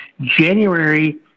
January